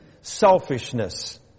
selfishness